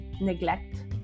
neglect